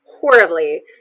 Horribly